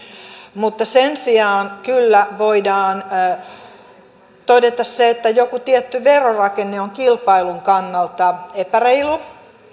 mutta sen sijaan kyllä voidaan todeta se että joku tietty verorakenne on kilpailun kannalta epäreilu